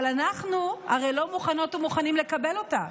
אבל אנחנו הרי לא מוכנות ומוכנים לקבל אותה.